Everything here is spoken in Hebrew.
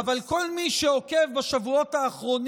אדוני היושב-ראש,